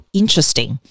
interesting